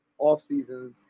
offseasons